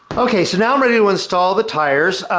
okay, so now i'm ready to install the tires.